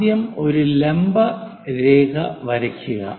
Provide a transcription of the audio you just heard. ആദ്യം ഒരു ലംബ വര വരയ്ക്കുക